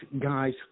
guy's